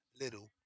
little